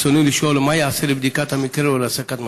רצוני לשאול: מה ייעשה לבדיקת המקרה ולהסקת מסקנות?